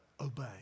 Obey